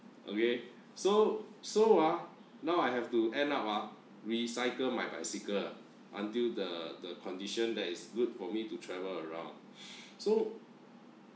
okay so so ah now I have to end up ah recycle my bicycle until the the condition that is good for me to travel around so